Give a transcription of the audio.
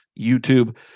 YouTube